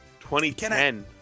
2010